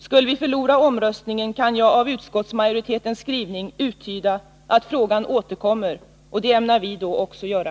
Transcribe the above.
Skulle vi förlora omröstningen kan jag av utskottsmajoritetens skrivning uttyda att frågan återkommer, och det ämnar vi då också göra.